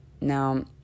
now